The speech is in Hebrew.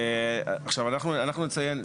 עכשיו אנחנו נציין,